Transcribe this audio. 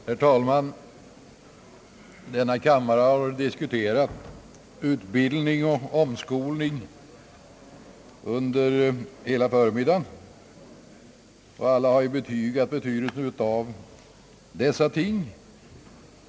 Herr talman! Denna kammare har diskuterat utbildning och omskolning hela förmiddagen, och alla har betygat betydelsen av dessa ting.